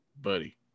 buddy